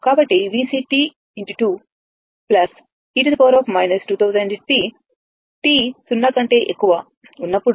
కాబట్టి VC 2 e 2000 t t 0 ఉన్నప్పుడు